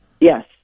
Yes